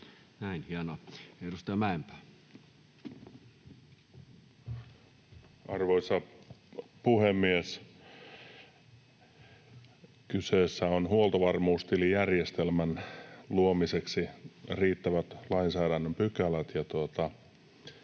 Time: 17:37 Content: Arvoisa puhemies! Kyseessä ovat huoltovarmuustilijärjestelmän luomiseksi riittävät lainsäädännön pykälät,